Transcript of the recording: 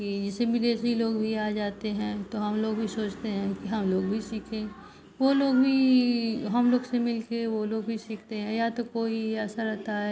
कि जैसे विदेशी लोग भी आ जाते हैं तो हमलोग भी सोचते हैं कि हमलोग भी सीखें वह लोग भी हमलोग से मिलकर वह लोग भी सीखते हैं या तो कोई ऐसा रहता है